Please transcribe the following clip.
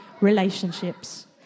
relationships